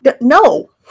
No